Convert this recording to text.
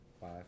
Five